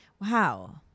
Wow